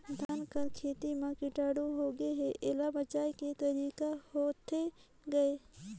धान कर खेती म कीटाणु होगे हे एला बचाय के तरीका होथे गए?